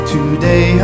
Today